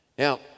Now